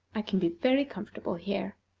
i can be very comfortable here.